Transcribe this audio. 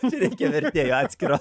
reikia vertėjo atskiro